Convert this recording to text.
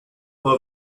her